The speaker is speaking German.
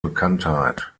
bekanntheit